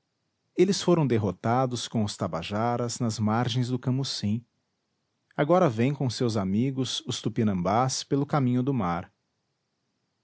eles foram derrotados com os tabajaras nas margens do camucim agora vêm com seus amigos os tupinambás pelo caminho do mar